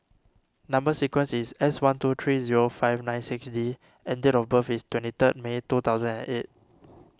Number Sequence is S one two three zero five nine six D and date of birth is twenty third May two thousand and eight